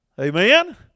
Amen